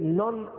none